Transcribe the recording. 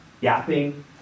yapping